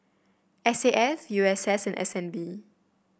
S A F U S S and S N B